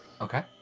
Okay